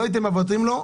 לא הייתם מוותרים לו,